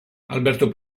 alberto